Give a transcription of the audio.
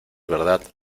verdad